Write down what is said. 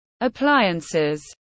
appliances